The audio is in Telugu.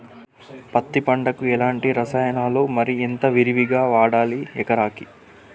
పత్తి పంటకు ఎలాంటి రసాయనాలు మరి ఎంత విరివిగా వాడాలి ఎకరాకి?